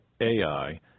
Ai